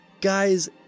Guys